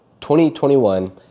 2021